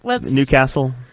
Newcastle